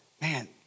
Man